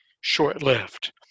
short-lived